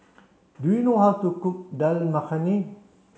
do you know how to cook Dal Makhani